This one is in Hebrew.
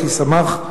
אחיסמך,